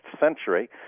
century